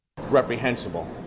Reprehensible